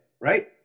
right